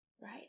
right